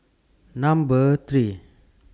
Number three